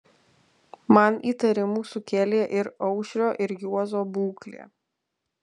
man įtarimų sukėlė ir aušrio ir juozo būklė